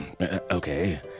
okay